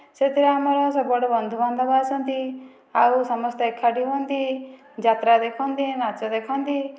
ସେତେଳେ ଆମର ସବୁ ଆଡୁ ବନ୍ଧୁ ବାନ୍ଧବ ଆସନ୍ତି ଆଉ ସମସ୍ତେ ଏକାଠି ହୁଅନ୍ତି ଯାତ୍ରା ଦେଖନ୍ତି ନାଚ ଦେଖନ୍ତି